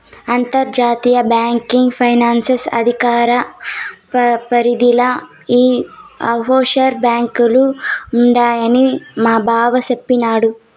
అంతర్జాతీయ banking licence అధికార పరిదిల ఈ ఆప్షోర్ బాంకీలు ఉండాయని మాబావ సెప్పిన్నాడు